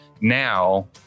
now